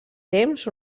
temps